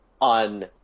on